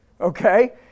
okay